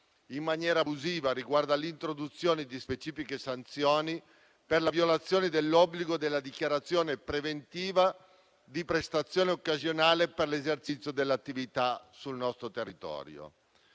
in maniera abusiva, è prevista l'introduzione di specifiche sanzioni per la violazione dell'obbligo della dichiarazione preventiva di prestazione occasionale per l'esercizio dell'attività sul nostro territorio.